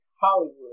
hollywood